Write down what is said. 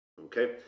Okay